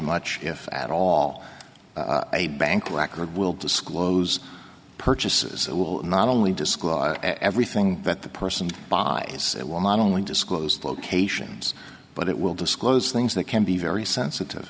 much if at all a bank record will disclose purchases it will not only describe as everything that the person buys it will not only disclose locations but it will disclose things that can be very sensitive